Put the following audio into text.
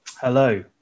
Hello